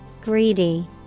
Greedy